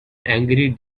angry